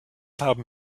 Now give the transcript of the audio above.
haben